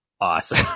awesome